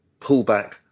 pullback